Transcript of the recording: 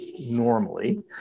normally